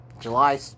July